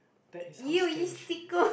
that is how scary she is